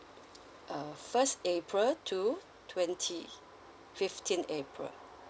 uh first april to twenty fifteen april